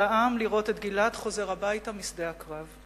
העם לראות את גלעד חוזר הביתה משדה הקרב.